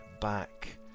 back